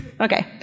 Okay